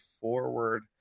forward